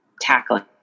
tackling